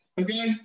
Okay